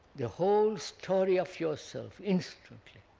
the whole story of yourself instantly,